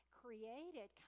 created